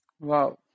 Wow